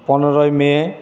পনেরোই মে